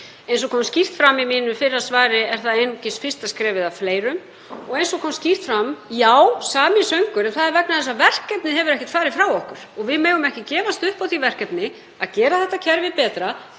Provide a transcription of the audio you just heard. Eins og kom skýrt fram í fyrra svari mínu er það einungis fyrsta skrefið af fleirum og eins og kom skýrt fram: Já, sami söngur en það er vegna þess að verkefnið hefur ekkert farið frá okkur og við megum ekki gefast upp á því verkefni að gera þetta kerfi betra.